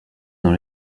dans